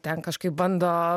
ten kažkaip bando